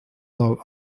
love